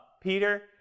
Peter